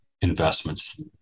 investments